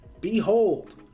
Behold